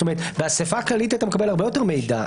זאת אומרת באספה הכללית אתה מקבל הרבה יותר מידע,